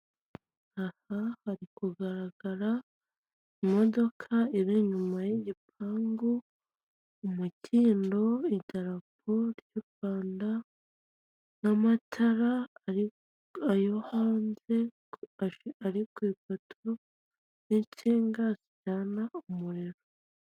Aha hari kugaragara imodoka iri inyuma y'igipangu, umukindo, idarapo ry'u Rwanda n'amatara, ayo hanze, ari ku ipoto n'insinga zijyana umuriro.